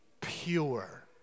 pure